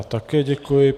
Také děkuji.